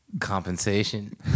compensation